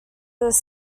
this